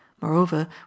moreover